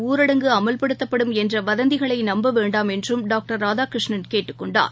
ஊரடங்கு அமல்படுத்தப்படும் என்றவதந்திகளைநம்பவேண்டாம் என்றும் டாக்டர் ராதாகிருஷ்ணன் கேட்டுக் கொண்டார்